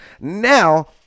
now